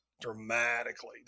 dramatically